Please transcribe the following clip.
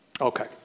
Okay